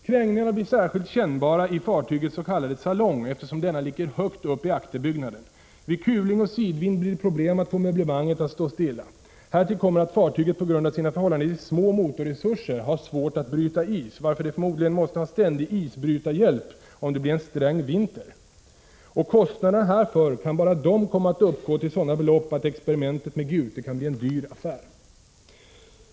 Krängningarna blir särskilt kännbara i fartygets s.k. salong, eftersom denna ligger högt upp i akterbyggnaden. Vid kuling och sidvind blir det problem att få möblemanget att stå stilla. Härtill kommer att fartyget på grund av sina förhållandevis små motorresurser har svårt att bryta is, varför det förmodligen måste ha ständig isbrytarhjälp om det blir en sträng vinter. Och kostnaderna härför kan bara de komma att uppgå till sådana belopp att experimentet med Gute kan bli en dyr affär.